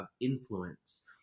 Influence